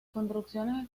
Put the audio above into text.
construcciones